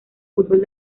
fútbol